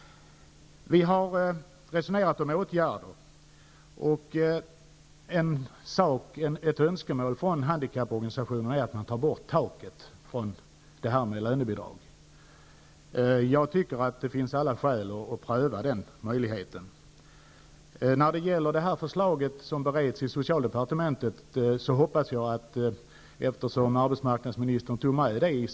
Vi har resonerat om åtgärder. Ett önskemål från handikapporganisationerna är att taket för lönebidrag tas bort. Det finns alla skäl att pröva den möjligheten. Arbetsmarknadsministern tog i svaret upp att ett förslag från handikapputredningen bereds i socialdepartementet.